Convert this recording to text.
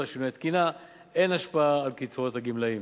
שינוי תקינה אין השפעה על קצבאות הגמלאים.